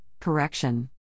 Correction